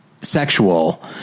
sexual